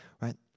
right